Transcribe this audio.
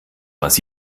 was